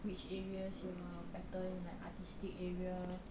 which areas you're better in like artistic area